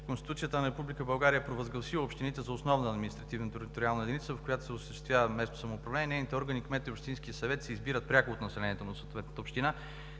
Конституцията на Република България е провъзгласила общините за основна административно-териториална единица, в която се осъществява местното самоуправление. Нейните органи – кметът и общинският съвет, се избират пряко от населението на съответната община.